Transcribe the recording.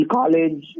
college